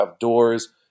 doors